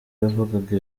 yavugaga